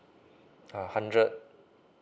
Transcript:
uh hundred